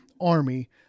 army